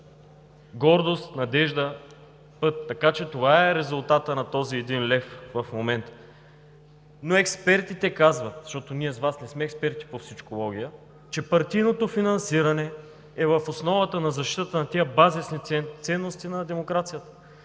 гордост, надежда, път. Така че в момента това е резултатът на този един лев. Но експертите казват, защото ние с Вас не сме експерти по всичкология, че партийното финансиране е в основата на защитата на тези базисни ценности на демокрацията,